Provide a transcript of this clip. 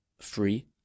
free